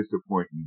disappointing